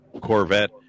Corvette